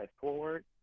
forward